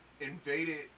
invaded